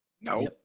No